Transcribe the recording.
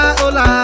hola